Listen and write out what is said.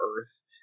Earth